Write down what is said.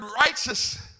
righteous